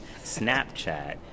Snapchat